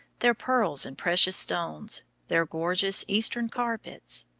their pearls and precious stones, their gorgeous eastern carpets.